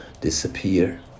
disappear